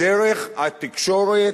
דרך התקשורת,